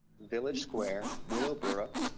village square, willowbrook.